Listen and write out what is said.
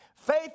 Faith